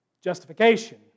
justification